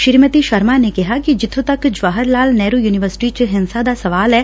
ਸ੍ਰੀਮਤੀ ਸ਼ਰਮਾ ਨੇ ਕਿਹਾ ਕਿ ਜਿੱਬੋਂ ਤੱਕ ਜਵਾਹਰ ਲਾਲ ਨਹਿਰੂ ਯੂਨੀਵਰਸਿਟੀ ਚ ਹਿੰਸਾ ਦਾ ਸਵਾਲ ਐ